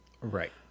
Right